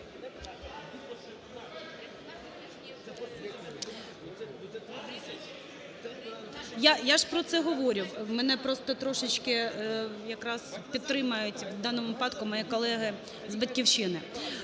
Я ж про це говорю. Мене просто трошечки якраз підтримують в даному випадку мої колеги з "Батьківщини".